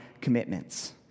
commitments